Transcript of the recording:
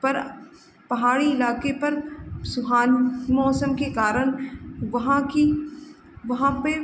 पर पहाड़ी इलाके पर सुहाने मौसम के कारण वहाँ की वहाँ पर